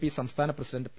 P സംസ്ഥാന president P